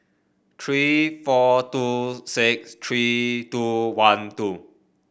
three four two six three two one two